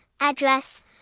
address